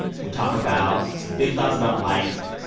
we talk about some big thoughts about life,